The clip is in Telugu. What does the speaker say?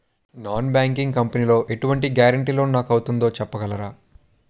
నాన్ బ్యాంకింగ్ కంపెనీ లో ఎటువంటి గారంటే లోన్ నాకు అవుతుందో వివరాలు చెప్పగలరా?